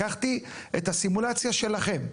לקחתי את הסימולציה שלכם.